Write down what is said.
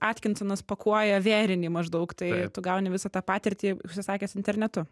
atkinsonas pakuoja vėrinį maždaug tai tu gauni visą tą patirtį užsisakęs internetu